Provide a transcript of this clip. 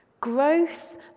Growth